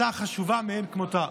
הצעה חשובה מאין כמותה.